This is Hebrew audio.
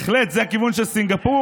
בהחלט זה הכיוון של סינגפור,